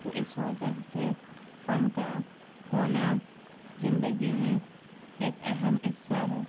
اس وجہ سے فن کا ہونا زندگی میں ایک اہم حصہ ہے